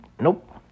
Nope